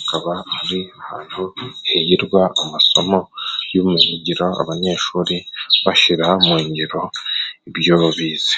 akaba ari ahantu higirwa amasomo y'ubumenyigiro， abanyeshuri bashira mu ngiro ibyo bo bize.